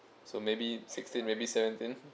so maybe sixteen maybe seventeen